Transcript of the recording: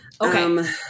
Okay